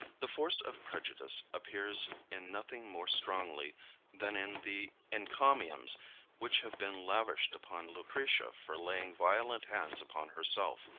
the force of prejudice appears in nothing more strongly than in the encomiums which have been lavished upon lucretia for laying violent hands upon herself,